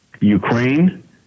Ukraine